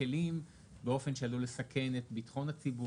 בכלים באופן שעלול לסכן את ביטחון הציבור,